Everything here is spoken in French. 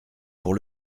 pour